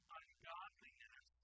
ungodliness